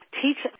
teach